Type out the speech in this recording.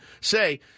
say